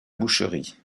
boucherie